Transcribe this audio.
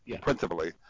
principally